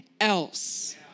else